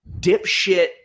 dipshit